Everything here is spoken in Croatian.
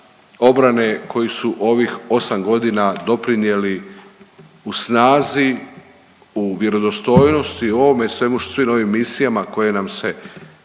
obrane koji su u ovih osam godina doprinijeli u snazi, u vjerodostojnosti ovome svemu svim ovim misijama koje nam se,